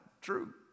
true